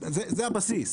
זה הבסיס,